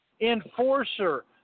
Enforcer